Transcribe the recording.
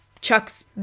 Chuck's